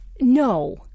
No